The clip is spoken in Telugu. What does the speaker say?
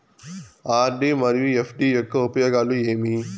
ఆర్.డి మరియు ఎఫ్.డి యొక్క ఉపయోగాలు ఏమి?